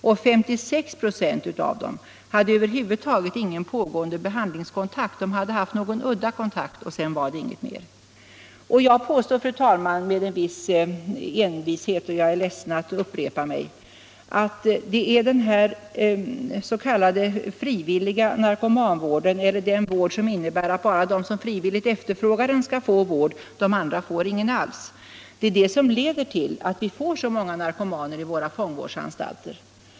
56 5 av dem hade över huvud taget ingen pågående behandlingskontakt. De hade haft någon udda kontakt, men sedan var det inget mer. Jag påstår, fru talman, med en viss envishet — och jag är ledsen att jag upprepar mig — att det är den s.k. frivilliga narkomanvården, dvs. den vård som innebär att bara de som frivilligt efterfrågar den skall få den medan de andra inte får någon alls, som leder till att vi får så många narkomaner i våra fångvårdsanstalter.